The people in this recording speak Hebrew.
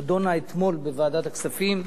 נדונה אתמול בוועדת הכספים,